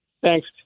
Thanks